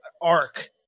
arc